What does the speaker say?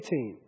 18